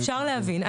אפשר להבין,